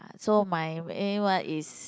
ah so my aim right is